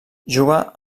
juga